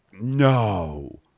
no